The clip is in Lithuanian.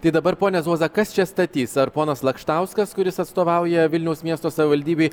tai dabar pone zuoza kas čia statys ar ponas lakštauskas kuris atstovauja vilniaus miesto savivaldybei